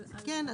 כן.